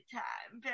time